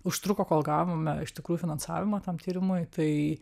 užtruko kol gavome iš tikrųjų finansavimą tam tyrimui tai